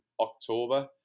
October